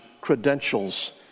credentials